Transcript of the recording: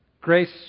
grace